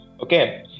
Okay